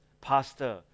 pastor